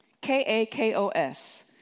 K-A-K-O-S